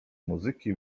muzyki